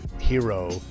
hero